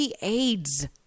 AIDS